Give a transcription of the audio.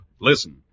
listen